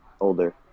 older